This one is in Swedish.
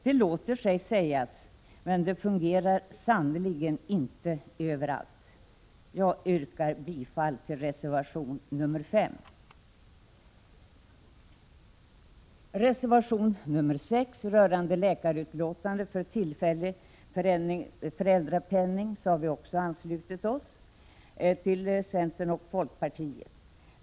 Det låter sig sägas, men det fungerar sannerligen inte överallt. Jag yrkar bifall till reservation nr 5. I reservation nr 6 rörande läkarutlåtande för tillfällig föräldrapenning har vi också anslutit oss till centern och folkpartiet.